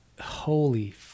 Holy